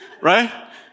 Right